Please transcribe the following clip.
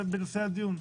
בנושא הדיון.